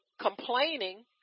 complaining